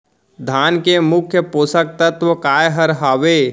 धान के मुख्य पोसक तत्व काय हर हावे?